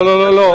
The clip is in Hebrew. לא, לא.